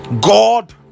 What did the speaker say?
god